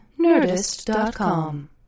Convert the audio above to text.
Nerdist.com